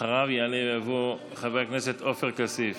אחריו יעלה ויבוא חבר הכנסת עופר כסיף.